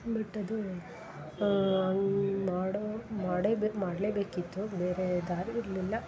but ಅದು ಹಂಗ್ ಮಾಡೋ ಮಾಡೇ ಬಿ ಮಾಡಲೇ ಬೇಕಿತ್ತು ಬೇರೆ ದಾರಿ ಇರಲಿಲ್ಲ